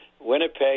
Winnipeg